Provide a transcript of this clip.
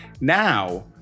now